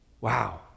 Wow